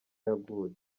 yaguye